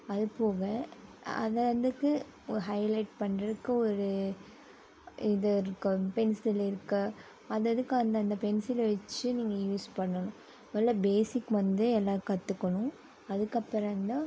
அதுபோக அதை அந்துக்கு ஓ ஹைலேட் பண்ணுறதுக்கு ஒரு இது இருக்கும் பென்சில் இருக்குது அது அதுக்கு அந்தந்த பென்சிலை வெச்சு நீங்கள் யூஸ் பண்ணனும் மொதல்ல பேசிக் வந்து எல்லாம் கற்றுக்கணும் அதுக்கப்புறோந்தான்